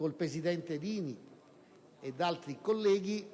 il presidente Dini e altri colleghi